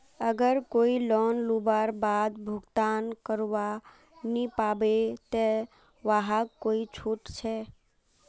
अगर कोई लोन लुबार बाद भुगतान करवा नी पाबे ते वहाक कोई छुट छे?